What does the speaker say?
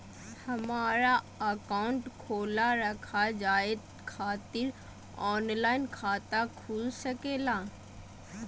हमारा अकाउंट खोला रखा जाए खातिर ऑनलाइन खाता खुल सके ला?